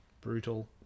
Brutal